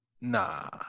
Nah